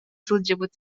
сылдьыбыт